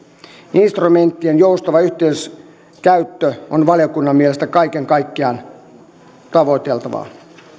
instrumenttien joustava yhteiskäyttö on valiokunnan mielestä kaiken kaikkiaan tavoiteltavaa